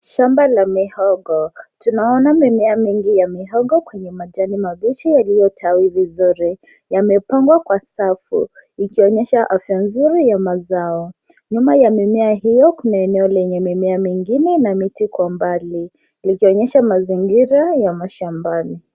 Shamba la mihogo. Tunaona mimea mingi ya mihogo kwenye majani mabichi yaliyostawi vizuri. Yamepangwa kwa safu ikionyesha afya nzuri ya mazao. Nyuma ya mimea hio kuna eneo lenye mimea mingi na miti kwa mbali likionyesha mazingira ya mashamabani.